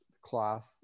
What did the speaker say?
cloth